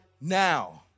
now